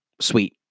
Sweet